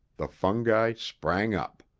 the fungi sprang up.